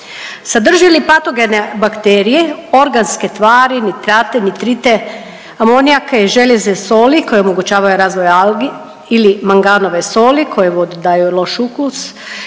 Sadrži li patogene bakterije, organske tvari, nitrate, nitrite, amonijake, željezo, soli koji omogućavaju razvoj algi ili manganove soli koje vodi daju loš ukus